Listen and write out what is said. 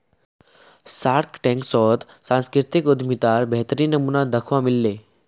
Shark Tank शोत सांस्कृतिक उद्यमितार बेहतरीन नमूना दखवा मिल ले